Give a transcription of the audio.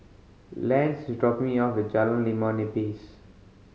Lance is dropping me off Jalan Limau Nipis